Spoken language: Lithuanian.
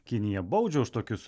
kinija baudžia už tokius